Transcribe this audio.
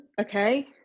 Okay